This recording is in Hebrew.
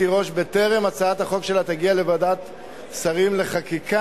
תירוש בטרם הגיעה הצעת החוק שלה לוועדת השרים לחקיקה,